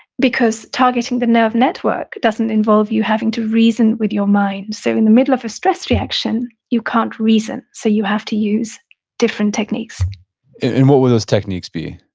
because targeting the nerve network doesn't involve you having to reason with your mind. so in the middle of a stress reaction, you can't reason so you have to use different techniques and what would those techniques be?